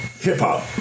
hip-hop